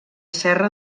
serra